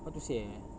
how to say eh